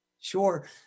Sure